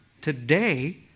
today